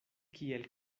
kiel